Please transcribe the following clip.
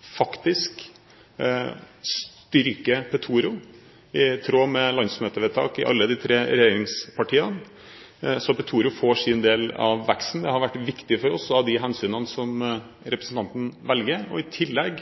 faktisk styrker Petoro, i tråd med landsmøtevedtak i alle de tre regjeringspartiene. Så Petoro får sin del av veksten. Det har vært viktig for oss av de hensynene som representanten velger. I tillegg